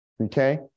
okay